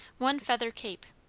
one feather cape.